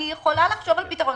אני יכולה לחשוב על פתרון,